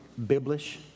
Biblish